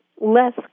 less